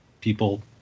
people